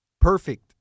perfect